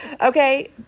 Okay